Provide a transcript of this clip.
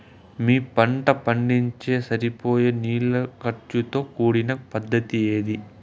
మీ పంట పండించేకి సరిపోయే నీళ్ల ఖర్చు తో కూడిన పద్ధతి ఏది?